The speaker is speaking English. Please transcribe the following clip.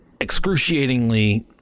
Excruciatingly